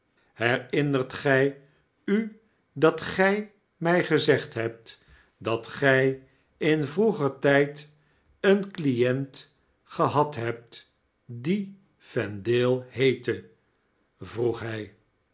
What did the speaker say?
heriimert gy u dat gy mij gezegd hebt dat gi in vroeger tijd een client gehad hebt die vendale heette vroeg hy